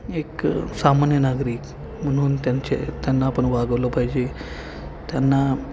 एक सामान्य नागरिक म्हणून त्यांचे त्यांना आपण वागवलं पाहिजे त्यांना